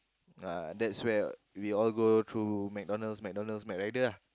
ah that's where we all go through McDonald's McDonald's Mac rider ah